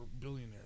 billionaires